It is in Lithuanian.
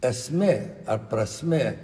esmė ar prasmė